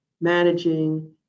managing